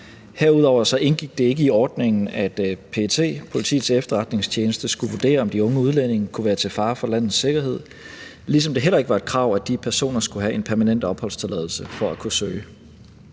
Herudover indgik det ikke i ordningen, at PET, Politiets Efterretningstjeneste, skulle vurdere, om de unge udlændinge kunne være til fare for landets sikkerhed, ligesom det heller ikke var et krav, at de personer skulle have en permanent opholdstilladelse for at kunne søge.